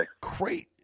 Great